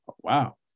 wow